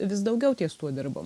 vis daugiau ties tuo dirbam